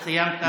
גלנט, סיימת.